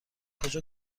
کجا